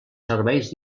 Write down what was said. serveis